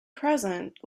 present